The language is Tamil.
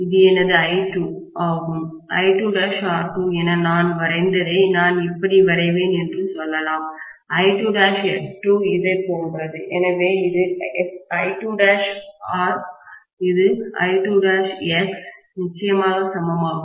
இது எனது I2 ஆகும் I2'R2 என நான் வரைந்ததை நான் இப்படி வரைவேன் என்று சொல்லலாம் I2'X2 இது போன்றது எனவே இது I2'R இது I2'X நிச்சயமாக சமமாகும்